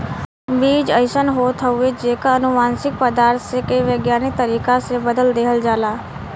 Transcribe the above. बीज अइसन होत हउवे जेकर अनुवांशिक पदार्थ के वैज्ञानिक तरीका से बदल देहल जाला